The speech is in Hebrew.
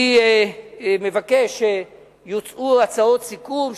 אני מבקש שיוצעו הצעות סיכום,